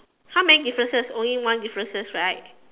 how many differences only one differences right